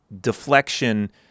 deflection